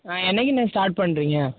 ஆ என்றைக்கிண்ண ஸ்டார்ட் பண்ணுறிங்க